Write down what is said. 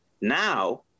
now